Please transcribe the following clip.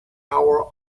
our